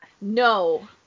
no